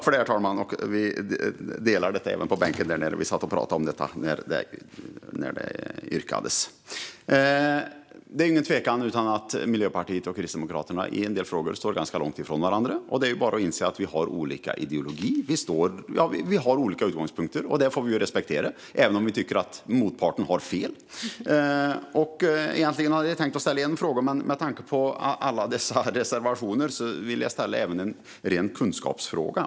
Herr talman! Vi satt precis i bänken och pratade om detta med reservationerna när det yrkades. Det är ingen tvekan om att Miljöpartiet och Kristdemokraterna i en del frågor står ganska långt ifrån varandra. Det är bara att inse att vi har olika ideologier och olika utgångspunkter, och det får vi respektera - även om vi tycker att motparten har fel. Egentligen var det en viss fråga jag hade tänkt ställa, men med tanke på alla dessa reservationer vill jag även ställa en ren kunskapsfråga.